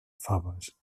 faves